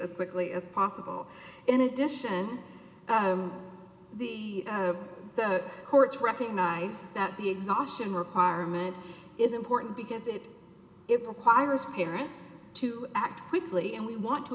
as quickly as possible in addition the courts recognize that the exhaustion requirement is important because it it requires parents to act quickly and we want to